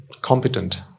competent